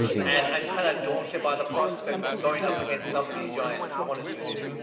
and i'm kind of daunted about the prospect of going up against some of these giants, if i'm honest with you.